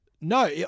No